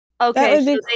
Okay